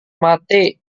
mati